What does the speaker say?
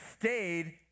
stayed